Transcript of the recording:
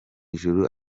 ijuru